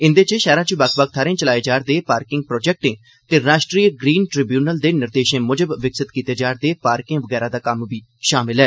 इंदे च शैह्रा च बक्ख बक्ख थाहरें चला'रदे पार्किंग प्रोजेक्टे ते राष्ट्री ग्रीन ट्रिब्यूनल दे निर्देशें मुजब विकसित कीते जा'रदे पार्कें वगैरा दा कम्म बी शामिल ऐ